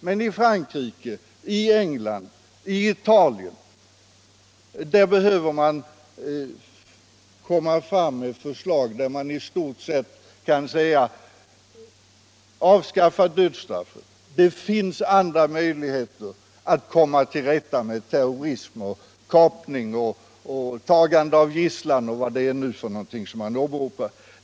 Men England, Frankrike och Italien behöver övertygas om att det finns andra möjligheter än dödsstraff atv komma till rätta med terrorism, kapning, tagande av gisslan och sådan brottslighet.